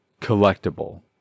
collectible